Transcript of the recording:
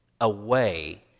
away